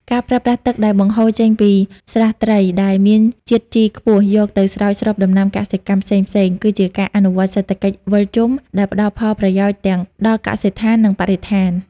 ការប្រើប្រាស់ទឹកដែលបង្ហូរចេញពីស្រះត្រីដែលមានជាតិជីខ្ពស់ យកទៅស្រោចស្រពដំណាំកសិកម្មផ្សេងៗ គឺជាការអនុវត្តសេដ្ឋកិច្ចវិលជុំដែលផ្ដល់ផលប្រយោជន៍ទាំងដល់កសិដ្ឋាន និងបរិស្ថាន។